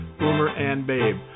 boomerandbabe